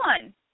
one